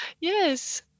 yes